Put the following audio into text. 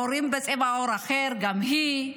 להורים בצבע עור אחר, וגם היא,